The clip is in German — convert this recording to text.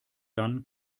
dann